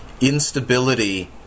instability